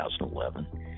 2011